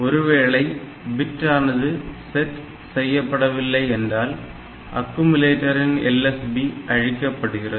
ஒருவேளை பிட் ஆனது செட் செய்யப்படவில்லை என்றால் அக்குமுலேட்டரின் LSB அழிக்கப்படுகிறது